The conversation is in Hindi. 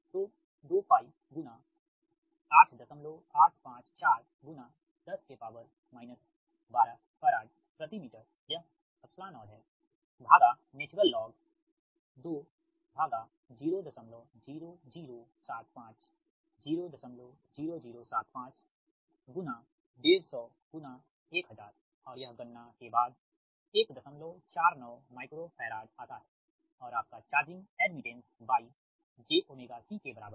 तो 2 गुणा 8854 10 12 फराड प्रति मीटर यह 0है भागा नेचुरल लॉग ln 200075 00075 00075 150 1000 और यह गणना के बाद 149 माइक्रो फैराड आता है और आपका चार्जिंग एडमिटेन्स Y jωC के बराबर है